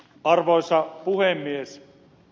arvoisa puhemies